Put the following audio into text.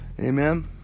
Amen